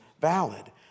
valid